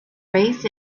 raised